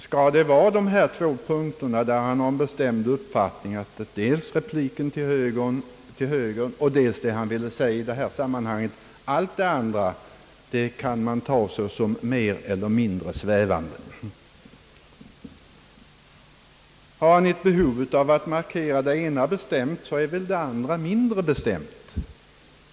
Är det alltså på dessa två punkter, där han har en bestämd uppfattning — alltså dels repliken till högern och dels det han ville säga i det här sammanhanget? Allt det andra kan man alltså ta såsom mer eller mindre svävande. Har herr Bengtson ett behov av att markera det ena bestämt, så är väl det andra mindre bestämt.